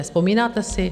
Vzpomínáte si?